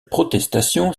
protestation